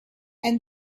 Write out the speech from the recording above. and